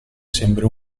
sembri